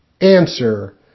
Answer